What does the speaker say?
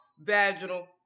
vaginal